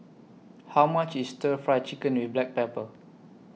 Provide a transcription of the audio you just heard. How much IS Stir Fry Chicken with Black Pepper